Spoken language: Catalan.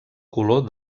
color